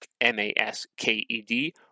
M-A-S-K-E-D